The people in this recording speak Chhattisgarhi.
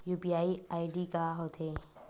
यू.पी.आई आई.डी का होथे?